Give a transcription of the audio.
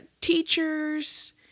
teachers